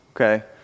okay